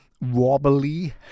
wobbly